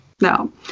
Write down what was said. No